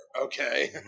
Okay